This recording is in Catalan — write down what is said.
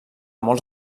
molts